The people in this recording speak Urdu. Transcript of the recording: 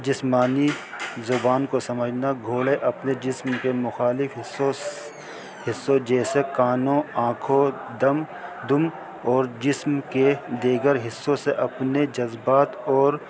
جسمانی زبان کو سمجھنا گھوڑے اپنے جسم کے مخالف حصوں حصوں جیسے کانوں آنکھوں دم دم اور جسم کے دیگر حصوں سے اپنے جذبات اور